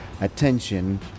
attention